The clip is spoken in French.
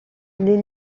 les